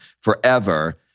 forever